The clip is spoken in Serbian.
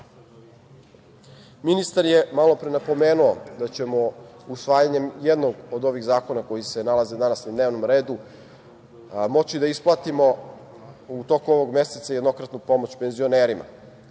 radnika. Ministar je malopre napomenuo da ćemo usvajanjem jednog od ovih zakona koji se nalaze danas na dnevnom redu moći da isplatimo u toku ovog meseca jednokratnu pomoć penzionerima.